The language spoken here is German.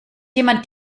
jemand